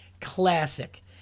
Classic